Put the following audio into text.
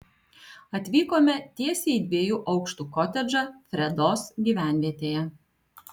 atvykome tiesiai į dviejų aukštų kotedžą fredos gyvenvietėje